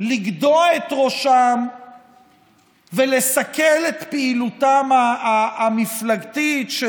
לגדוע את ראשם ולסכל את פעילותם המפלגתית של